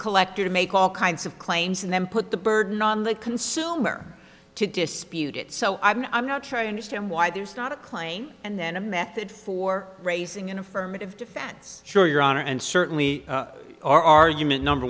collector to make all kinds of claims and then put the burden on the consumer to dispute it so i'm not trying to stand why there's not a claim and then a method for raising an affirmative defense sure your honor and certainly our argument number